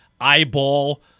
eyeball